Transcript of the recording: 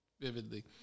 vividly